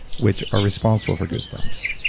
which are responsible for goosebumps.